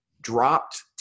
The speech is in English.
dropped